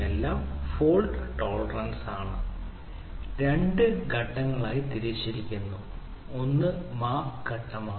എല്ലാം ഫോൾട് ടോളറൻറ്യാണ് രണ്ട് ഘട്ടങ്ങളായി തിരിച്ചിരിക്കുന്നു ഒന്ന് മാപ്പ് ഘട്ടമാണ്